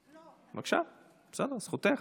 בבקשה, בסדר, זכותך.